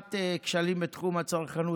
בחינת כשלים בתחום הצרכנות,